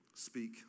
Speak